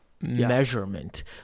measurement